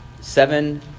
Seven